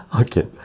okay